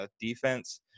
defense